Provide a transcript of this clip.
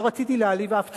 לא רציתי להעליב שום ציפור.